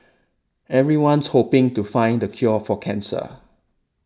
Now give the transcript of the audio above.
everyone's hoping to find the cure for cancer